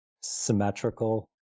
symmetrical